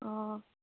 অঁ